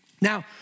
Now